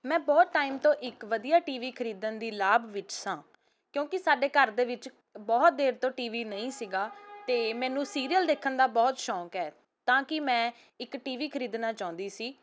ਮੈਂ ਬਹੁਤ ਟਾਈਮ ਤੋਂ ਇੱਕ ਵਧੀਆ ਟੀਵੀ ਖਰੀਦਣ ਦੀ ਲਾਭ ਵਿੱਚ ਸਾਂ ਕਿਉਂਕਿ ਸਾਡੇ ਘਰ ਦੇ ਵਿੱਚ ਬਹੁਤ ਦੇਰ ਤੋਂ ਟੀਵੀ ਨਹੀਂ ਸੀਗਾ ਅਤੇ ਮੈਨੂੰ ਸੀਰੀਅਲ ਦੇਖਣ ਦਾ ਬਹੁਤ ਸ਼ੌਂਕ ਹੈ ਤਾਂ ਕਿ ਮੈਂ ਇੱਕ ਟੀਵੀ ਖਰੀਦਣਾ ਚਾਹੁੰਦੀ ਸੀ